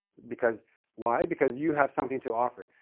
because why? because you have something to offer.